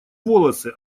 волосы